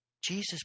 Jesus